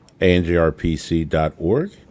ANJRPC.org